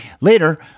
Later